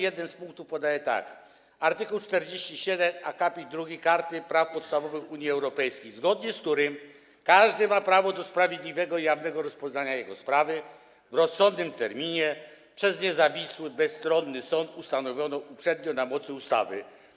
Jeden z punktów, art. 47 akapit drugi Karty Praw Podstawowych Unii Europejskiej, podaje tak: każdy ma prawo do sprawiedliwego i jawnego rozpoznania jego sprawy w rozsądnym terminie przez niezawisły i bezstronny sąd ustanowiony uprzednio na mocy ustawy.